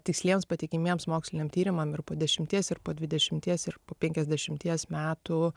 tiksliems patikimiems moksliniam tyrimam ir po dešimties ir po dvidešimties ir po penkiasdešimties metų